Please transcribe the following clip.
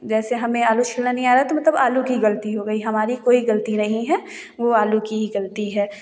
जैसे हमें आलू छिलना नहीं आ रहा है तो मतलब आलू की गलती हो गई हमारी कोई गलती नहीं है तो वह आलू की गलती है